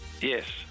Yes